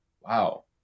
wow